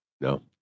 No